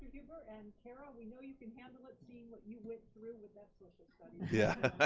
huber and kara, we know you can handle it seeing what you went through with that social yeah